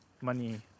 money